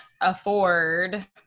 afford